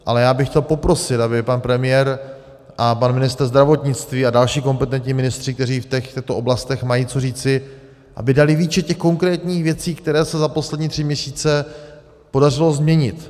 Ale já bych chtěl poprosit, aby pan premiér a pan ministr zdravotnictví a další kompetentní ministři, kteří v těchto oblastech mají co říci, aby dali výčet těch konkrétních věcí, které se za poslední tři měsíce podařilo změnit.